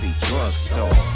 drugstore